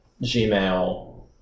Gmail